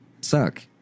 suck